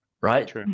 Right